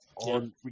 on